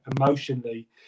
emotionally